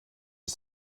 ist